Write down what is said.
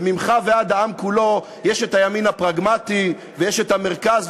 ממך ועד העם כולו יש הימין הפרגמטי ויש המרכז,